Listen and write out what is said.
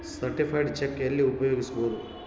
Certified cheque ಎಲ್ಲಿ ಉಪಯೋಗಿಸ್ಬೋದು?